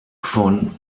von